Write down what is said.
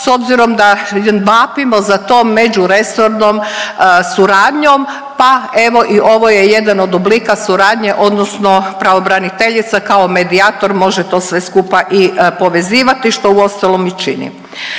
s obzirom da vapimo za tom međuresornom suradnjom, pa evo i ovo je jedan od oblika suradnje odnosno pravobraniteljica kao medijator može to sve skupa i povezivati, što uostalom i čini.